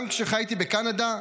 גם כשחייתי בקנדה,